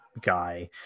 guy